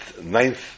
Ninth